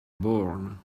born